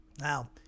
Now